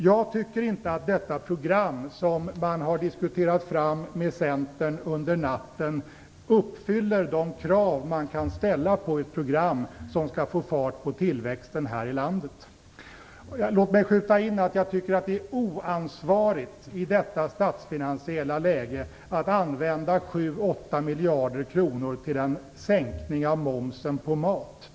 Jag tycker inte att det program som man har diskuterat fram med Centern under natten uppfyller de krav som kan ställas på ett program som skall få fart på tillväxten i landet. Låt mig skjuta in att jag tycker att det är oansvarigt i detta statsfinansiella läge att använda 7-8 miljarder kronor till en sänkning av matmomsen.